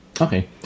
okay